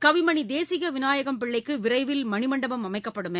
கவிமணி தேசிய விநாயகம் பிள்ளைக்கு விரைவில் மணிமண்டபம் அமைக்கப்படும் என